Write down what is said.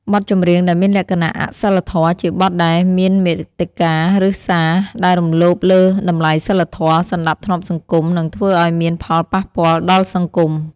បទចម្រៀងដែលមានលក្ខណៈអសីលធម៌ ជាបទដែលមានមាតិកា ឬសារ ដែលរំលោភលើតម្លៃសីលធម៌ សណ្តាប់ធ្នាប់សង្គម និងធ្វើឲ្យមានផលប៉ះពាល់ដល់សង្គម។